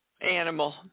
animal